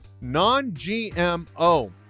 non-GMO